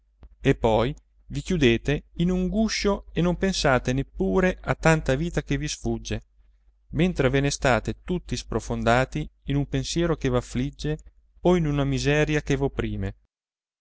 e poi vi chiudete in un guscio e non pensate neppure a tanta vita che vi sfugge mentre ve ne state tutti sprofondati in un pensiero che v'affligge o in una miseria che v'opprime